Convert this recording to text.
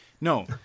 No